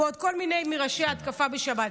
ועוד כל מיני מראשי ההתקפה בשבת.